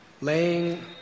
laying